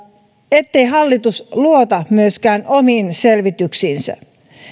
ettei hallitus luota myöskään omiin selvityksiinsä